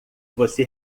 você